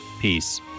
Peace